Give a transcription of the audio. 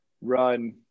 run